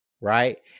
Right